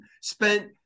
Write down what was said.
spent